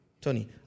Tony